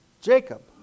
Jacob